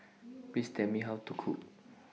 Please Tell Me How to Cook